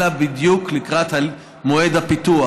אלא בדיוק לקראת מועד הפיתוח,